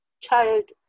child